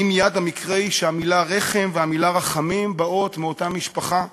האם יד המקרה היא שהמילה רחם והמילה רחמים באות מאותה משפחה?